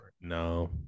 no